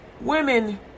women